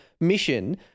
mission